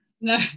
No